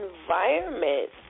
environment